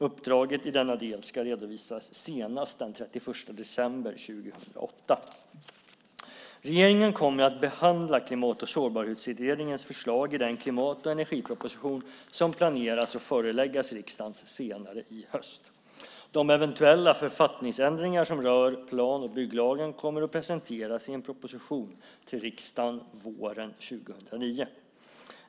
Uppdraget i denna del ska redovisas senast den 31 december 2008. Regeringen kommer att behandla Klimat och sårbarhetsutredningens förslag i den klimat och energiproposition som planeras att föreläggas riksdagen senare i höst. De eventuella författningsändringar som rör plan och bygglagen kommer att presenteras i en proposition till riksdagen våren 2009.